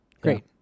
great